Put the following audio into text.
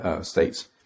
states